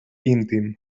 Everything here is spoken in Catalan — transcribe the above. íntim